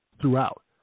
throughout